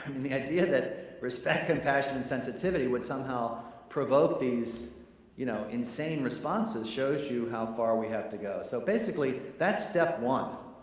the idea that respect, compassion and sensitivity would somehow provoke these you know insane responses shows you how far we have to go. so basically, that's step one.